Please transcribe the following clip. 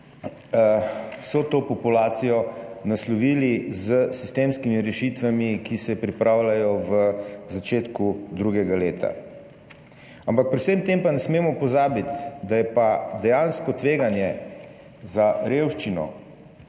vso to populacijo naslovili s sistemskimi rešitvami, ki se pripravljajo v začetku drugega leta. Ampak pri vsem tem pa ne smemo pozabiti, da je dejansko tveganje za revščino